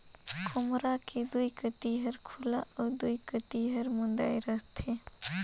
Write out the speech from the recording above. खोम्हरा के दुई कती हर खुल्ला अउ दुई कती हर मुदाए रहथे